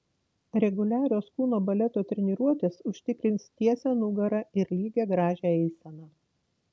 reguliarios kūno baleto treniruotės užtikrins tiesią nugarą ir lygią gražią eiseną